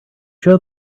show